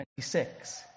26